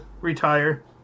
retire